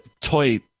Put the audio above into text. toy